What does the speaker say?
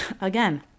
Again